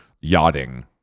yachting